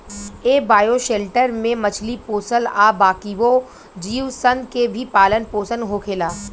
ए bioshelter में मछली पोसल आ बाकिओ जीव सन के भी पालन पोसन होखेला